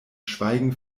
schweigen